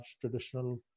traditional